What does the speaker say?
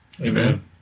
Amen